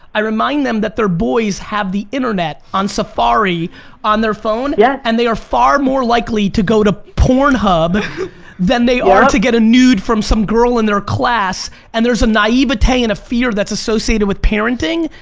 i remind them that their boys have the internet on safari on their phone yeah and they are far more likely to go to pornhub than they are to get a nude from some girl in their class and there's a naivete and a fear that's associated with parenting,